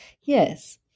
Yes